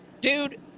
Dude